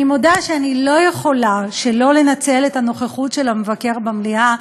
אני מודה שאני לא יכולה שלא לנצל את הנוכחות של המבקר במליאה,